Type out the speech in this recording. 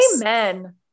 Amen